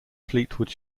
fleetwood